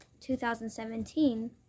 2017